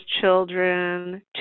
children